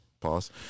Pause